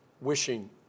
wishing